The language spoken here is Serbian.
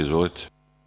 Izvolite.